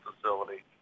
facility